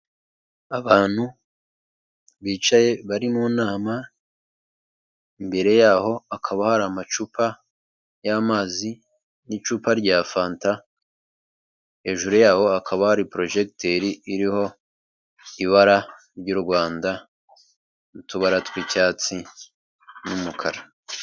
Abantu bicaye bari mu nama, imbere yaho hakaba hari amacupa y'amazi, n'icupa rya fanta. Hejuru yaho haba ari purojegiteri iriho ibara ry'u Rwanda n'utubara tw'icyatsi n'umukara.